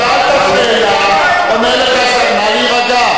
שאלת שאלה, עונה לך שר.